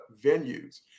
venues